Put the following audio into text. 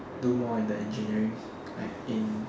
do more in the engineering like in